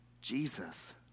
Jesus